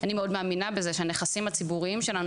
אני מאוד מאמינה בזה שהנכסים הציבוריים שלנו